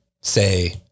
say